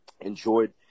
enjoyed